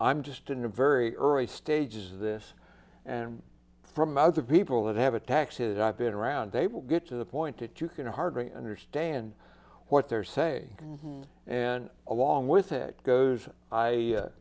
i'm just in a very early stages of this and from other people that have attacked it i've been around they will get to the point that you can hardly understand what they're saying and along with it goes i